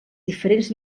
diferents